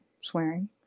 swearing